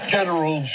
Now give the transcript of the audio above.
General